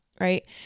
Right